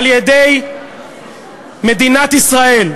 על-ידי מדינת ישראל,